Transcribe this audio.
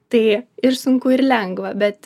tai ir sunku ir lengva bet